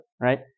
right